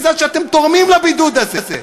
בזמן שאתם תורמים לבידוד הזה.